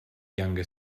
younger